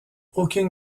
aucune